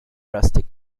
rustic